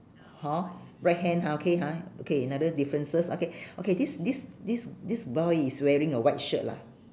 hor right hand ha okay ha okay another differences okay okay this this this this boy is wearing a white shirt lah